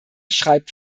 schreibt